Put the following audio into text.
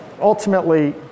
Ultimately